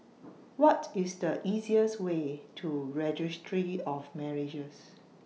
What IS The easiest Way to Registry of Marriages